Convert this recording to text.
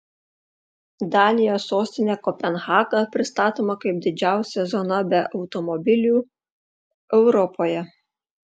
danijos sostinė kopenhaga pristatoma kaip didžiausia zona be automobilių europoje